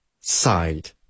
side